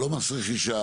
לא מס רכישה,